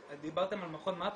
דיברתם על מכון MAPS,